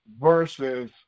versus